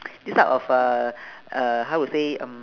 this type of uh uh how to say mm